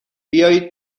بیایید